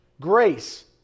grace